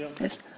Yes